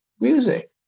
music